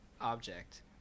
object